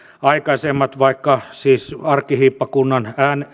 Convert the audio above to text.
aikaisemmin vaikka siis arkkihiippakunnan